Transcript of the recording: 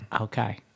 Okay